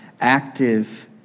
active